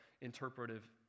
interpretive